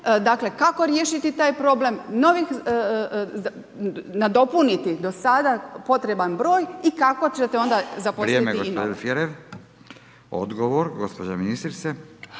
Dakle, kako riješiti taj problem, nadopuniti do sada potreban broj i kako ćete onda zaposliti i nove. **Radin, Furio (Nezavisni)** Odgovor gospođo ministrice.